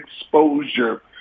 exposure